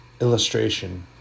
illustration